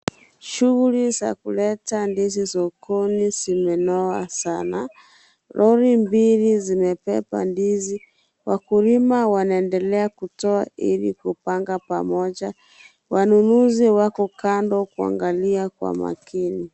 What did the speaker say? Shughuli za kuleta ndizi sokoni zimenoa sana. Lori mbili zimebeba ndizi. Wakulima wanaendelea kutoa ili kupanga pamoja. Wanunuzi wako kando kuangalia kwa makini.